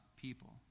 People